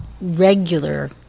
regular